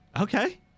okay